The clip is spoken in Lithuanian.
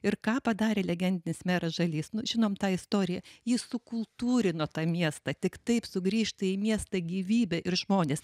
ir ką padarė legendinis meras žalys žinom tą istoriją jis sukultūrino tą miestą tik taip sugrįžta į miestą gyvybė ir žmonės